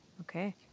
Okay